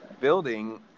building